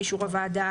באישור הוועדה,